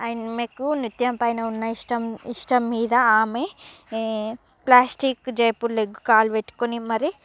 ఆమెకు నృత్యం పైన ఉన్న ఇష్టం ఇష్టం మీద ఆమె ప్లాస్టిక్ జైపూర్ లెగ్ కాలు పెట్టుకుని మరీ